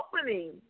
opening